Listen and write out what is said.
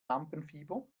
lampenfieber